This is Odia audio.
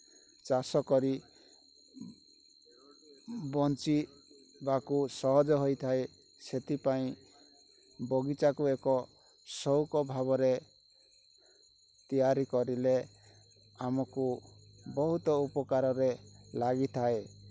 ଚାଷ କରି ବଞ୍ଚିବାକୁ ସହଜ ହୋଇଥାଏ ସେଥିପାଇଁ ବଗିଚାକୁ ଏକ ସଉକଭାବରେ ତିଆରି କରିଲେ ଆମକୁ ବହୁତ ଉପକାରରେ ଲାଗିଥାଏ